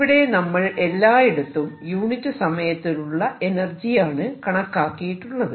ഇവിടെ നമ്മൾ എല്ലായിടത്തും യൂണിറ്റ് സമയത്തിലുള്ള എനർജി ആണ് കണക്കാക്കിയിട്ടുള്ളത്